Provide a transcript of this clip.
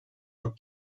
çok